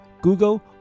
Google